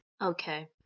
Okay